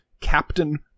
Captain